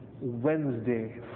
Wednesday